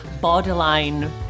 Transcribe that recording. borderline